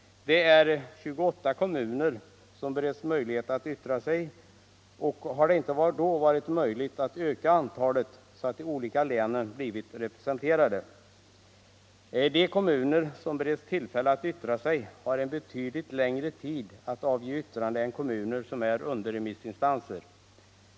När 28 kommuner beretts möjlighet att yttra sig, hade det då inte varit möjligt att öka antalet så att de olika länen blivit representerade? De kommuner som beretts tillfälle att yttra sig har en betydligt längre tid för att avge yttrande än de kommuner som är underremissinstanser.